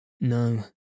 No